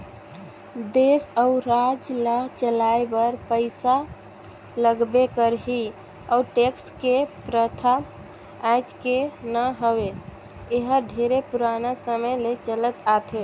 देस अउ राज ल चलाए बर पइसा लगबे करही अउ टेक्स के परथा आयज के न हवे एहर ढेरे पुराना समे ले चलत आथे